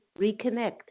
reconnect